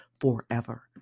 forever